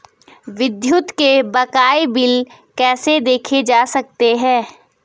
विद्युत के बकाया बिल कैसे देखे जा सकते हैं?